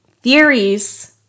Theories